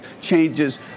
changes